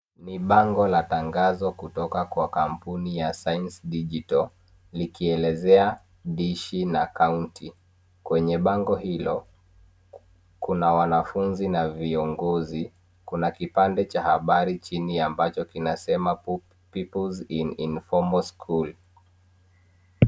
Ni bango la tangazo kutoka kwa kampuni ya signs digital , likielezea dishi, na kaunti, kwenye bango hilo, kuna wanafunzi na viongozi kuna kipande cha habari chini ambacho kinasema people's in informal school .